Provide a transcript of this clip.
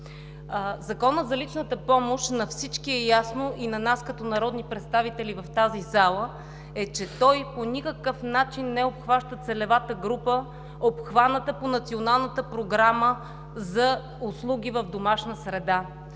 Законът за личната помощ – на всички е ясно, и на нас като народни представители в тази зала, че той по никакъв начин не обхваща целевата група, обхваната по Националната програма за услуги в домашна среда.